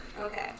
Okay